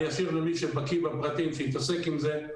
אשאיר למי שבקיא בפרטים שיתעסק עם זה.